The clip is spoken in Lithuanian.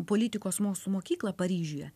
politikos mokslų mokyklą paryžiuje